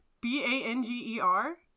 B-A-N-G-E-R